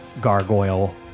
gargoyle